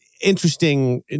interesting